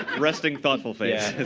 resting thoughtful face is